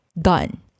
done